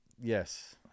yes